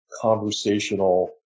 conversational